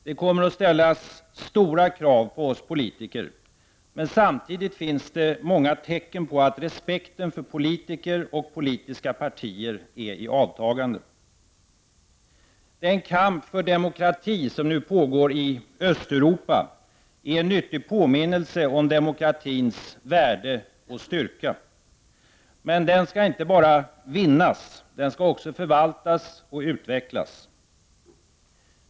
Det kommer att ställas stora krav på oss politiker, men samtidigt finns det många tecken på att respekten för politiker och politiska partier är i avtagande. Den kamp för demokrati som nu pågår i Östeuropa är en nyttig påminnelse om demokratins värde och styrka. Men den skall inte bara vinnas, den skall också förvaltas och utvecklas.